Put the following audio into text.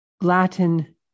Latin